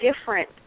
different